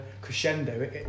crescendo